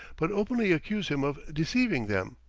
but openly accuse him of deceiving them.